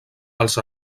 els